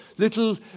little